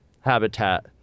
habitat